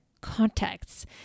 contacts